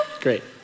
Great